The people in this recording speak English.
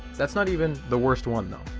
that's not even the worst one though,